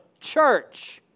church